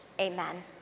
Amen